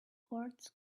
words